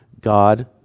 God